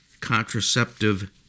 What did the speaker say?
contraceptive